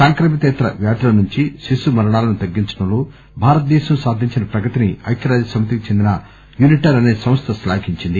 సాంక్రమికేతర వ్యాధుల నుంచి శిశు మరణాలను తగ్గించడంలో భారతదేశం సాధించిన ప్రగతిని ఐక్యరాజ్య సమితికి చెందిన యూనిటార్ అసే సంస్థ శ్లాఘించింది